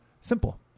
simple